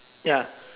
ya